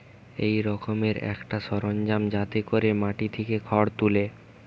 এক রকমের একটা সরঞ্জাম যাতে কোরে মাটি থিকে খড় তুলে